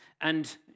and